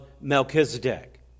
Melchizedek